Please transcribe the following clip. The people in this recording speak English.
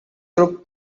group